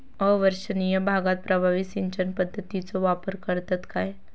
अवर्षणिय भागात प्रभावी सिंचन पद्धतीचो वापर करतत काय?